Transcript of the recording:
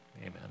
Amen